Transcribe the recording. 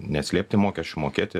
neslėpti mokesčių mokėti